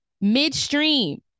midstream